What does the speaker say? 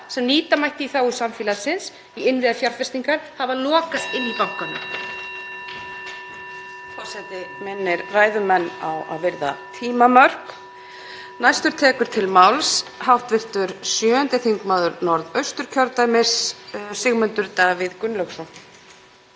sem nýta mætti í þágu samfélagsins í innviðafjárfestingar hafa lokast inni í bankanum.